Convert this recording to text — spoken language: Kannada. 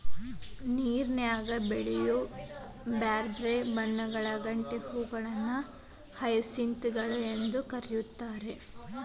ನೇರನ್ಯಾಗ ಬೆಳಿಯೋ ಬ್ಯಾರ್ಬ್ಯಾರೇ ಬಣ್ಣಗಳ ಗಂಟೆ ಹೂಗಳನ್ನ ಹಯಸಿಂತ್ ಗಳು ಅಂತೇಳಿ ಇಂಗ್ಲೇಷನ್ಯಾಗ್ ಕರೇತಾರ